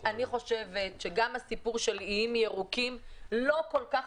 אני חושבת שגם הסיפור של איים ירוקים לא כל כך